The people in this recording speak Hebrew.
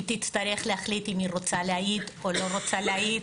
היא תצטרך להחליט אם היא רוצה להעיד או לא רוצה להעיד.